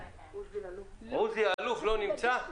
עוזי אלוף, לא נמצא?